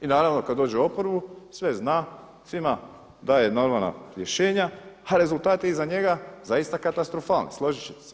I naravno kad dođe u oporbu sve zna, svima daje normalna rješenja, a rezultat iza njega zaista katastrofalan, složit ćete se.